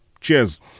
Cheers